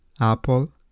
apple